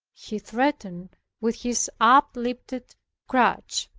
he threatened with his up-lifted crutch